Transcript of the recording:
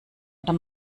oder